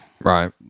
right